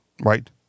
Right